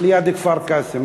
ליד כפר-קאסם.